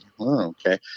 okay